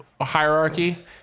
hierarchy